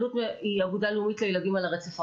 אלו"ט היא אגודה לאומית לילדים על הרצף האוטיסטי.